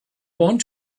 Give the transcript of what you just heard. want